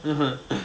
(uh huh)